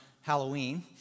Halloween